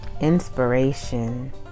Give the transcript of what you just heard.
inspiration